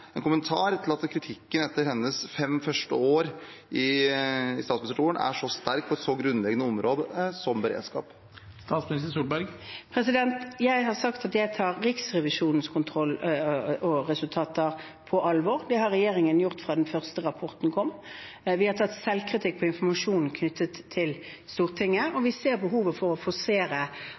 en kommentar til at kritikken etter hennes fem første år i statsministerstolen er så sterk på et så grunnleggende område som beredskap? Jeg har sagt at jeg tar Riksrevisjonens kontroll og resultater på alvor. Det har regjeringen gjort fra den første rapporten kom. Vi har tatt selvkritikk på informasjonen knyttet til Stortinget, og vi ser behovet for å